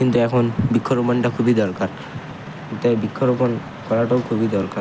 কিন্তু এখন বৃক্ষরোপণটা খুবই দরকার তাই বৃক্ষরোপণ করাটাও খুবই দরকার